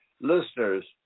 listeners